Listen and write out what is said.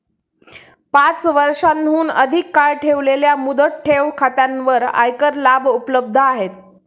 पाच वर्षांहून अधिक काळ ठेवलेल्या मुदत ठेव खात्यांवर आयकर लाभ उपलब्ध आहेत